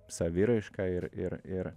saviraišką ir ir ir